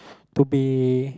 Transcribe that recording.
to be